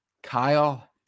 Kyle